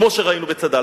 כמו שראינו בצד"ל.